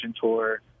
tour